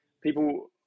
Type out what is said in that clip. people